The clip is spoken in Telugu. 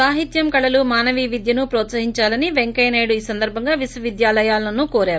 సాహిత్యం కళలు మానవీయ విద్యను ప్రోత్సహించాలని పెంకయ్య నాయుడు ఈ సందర్భంగా విశ్వవిద్యాలయాలను కోరారు